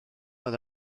oedd